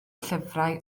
llyfrau